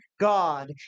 God